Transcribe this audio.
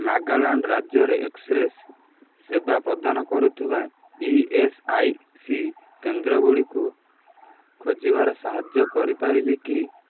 ନାଗାଲାଣ୍ଡ୍ ରାଜ୍ୟରେ ଏକ୍ସ୍ରେସ୍ ସେବା ପ୍ରଦାନ କରୁଥିବା ଇ ଏସ୍ ଆଇ ସି କେନ୍ଦ୍ରଗୁଡ଼ିକୁ ଖୋଜିବାରେ ସାହାଯ୍ୟ କରିପାରିବେ କି